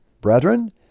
brethren